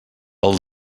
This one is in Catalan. pel